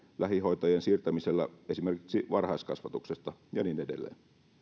lähihoitajien siirtämisellä esimerkiksi varhaiskasvatuksesta ja niin edelleen